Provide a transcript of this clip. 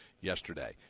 yesterday